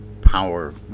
power